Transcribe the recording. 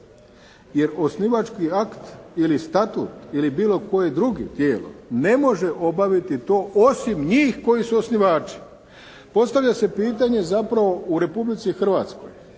jer osnivački akt ili statut ili bilo koje drugo tijelo ne može obaviti to osim njih koji su osnivači". Postavlja se pitanje zapravo u Republici Hrvatskoj,